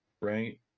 right